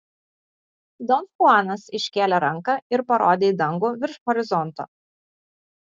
don chuanas iškėlė ranką ir parodė į dangų virš horizonto